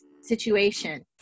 situation